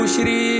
Shri